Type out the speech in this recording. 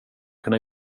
kunna